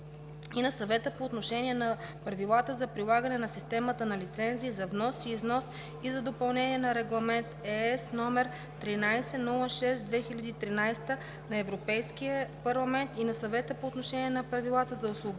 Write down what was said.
и на Съвета по отношение на правилата за прилагане на системата на лицензии за внос и износ и за допълнение на Регламент (ЕС) № 1306/2013 на Европейския парламент и на Съвета по отношение на правилата за освобождаване